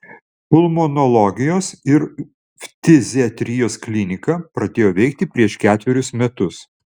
pulmonologijos ir ftiziatrijos klinika pradėjo veikti prieš ketverius metus